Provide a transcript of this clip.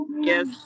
Yes